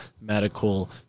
medical